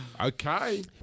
Okay